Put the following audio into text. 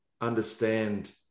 understand